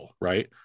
right